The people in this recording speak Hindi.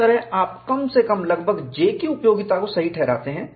इस तरह आप कम से कम लगभग J की उपयोगिता को सही ठहराते हैं